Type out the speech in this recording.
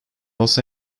los